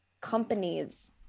companies